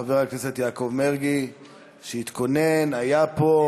חבר הכנסת יעקב מרגי, שהתכונן, היה פה,